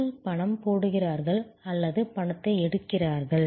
மக்கள் பணம் போடுகிறார்கள் அல்லது பணத்தை எடுக்கிறார்கள்